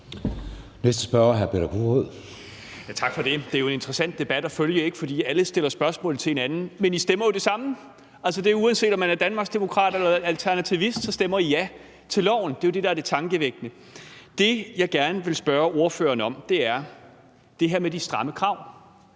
12:22 Peter Kofod (DF): Tak for det. Det er jo en interessant debat at følge, for alle stiller spørgsmål til hinanden, men I stemmer jo det samme. Uanset om man er fra Danmarksdemokraterne eller alternativist, stemmer man for lovforslaget. Det er jo det, der er det tankevækkende. Det, jeg gerne vil spørge ordføreren om, er det her med de stramme krav.